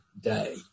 day